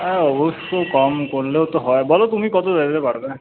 হ্যাঁ অবশ্যই কম করলেও তো হয় বলো তুমি কত দিতে পারবে